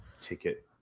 ticket